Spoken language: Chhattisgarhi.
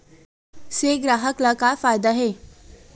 से ग्राहक ला का फ़ायदा हे?